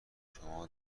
شما